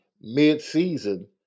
mid-season